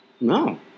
No